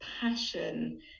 passion